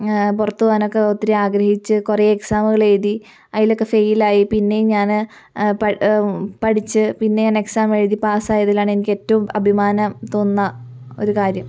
പുറത്തുപോവാനൊക്കെ ഒത്തിരി ആഗ്രഹിച്ച് കുറെ എക്സാമുകളെഴുതി അതിലൊക്കെ ഫെയിലായി പിന്നെയും ഞാന് പ പഠിച്ച് പിന്നെ ഞാൻ എക്സാമെഴുതി പാസായതിലാണ് എനിക്കേറ്റവും അഭിമാനം തോന്നുന്ന ഒരു കാര്യം